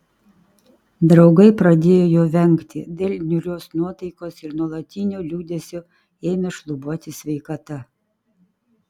draugai pradėjo jo vengti dėl niūrios nuotaikos ir nuolatinio liūdesio ėmė šlubuoti sveikata